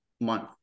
month